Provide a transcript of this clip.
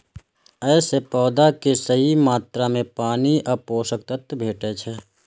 अय सं पौधा कें सही मात्रा मे पानि आ पोषक तत्व भेटै छै